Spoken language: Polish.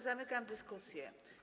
Zamykam dyskusję.